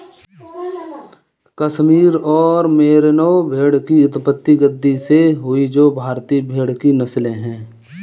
कश्मीर और मेरिनो भेड़ की उत्पत्ति गद्दी से हुई जो भारतीय भेड़ की नस्लें है